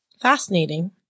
fascinating